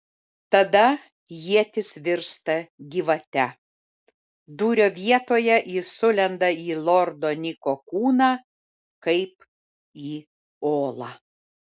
tada ietis virsta gyvate dūrio vietoje ji sulenda į lordo niko kūną kaip į olą